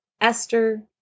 Esther